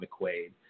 McQuaid